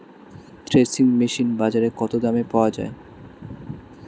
Threshing machine বাজারে কত দামে পাওয়া যায়?